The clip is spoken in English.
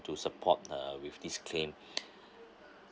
to support uh with this claim